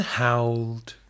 howled